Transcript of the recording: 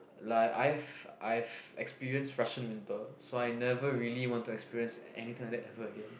like I've I've experienced Russian winter so I never really want to experience anything like that ever again